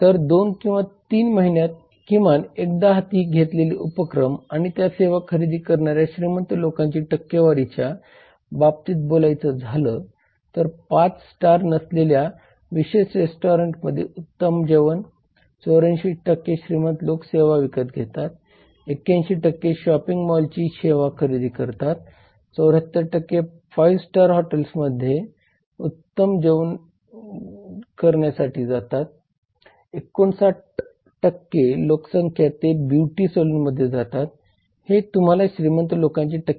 प्रतिनिधित्व म्हणजे सुनावणी करण्याचा आणि ग्राहकांच्या हिताचा योग्य व्यासपीठावर योग्य विचार केला जाईल याची खात्री बाळगण्याचा अधिकार आहे